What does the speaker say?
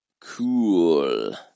Cool